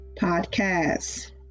Podcasts